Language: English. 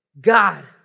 God